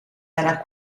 era